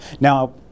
Now